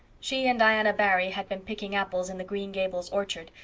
she and diana barry had been picking apples in the green gables orchard,